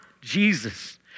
Jesus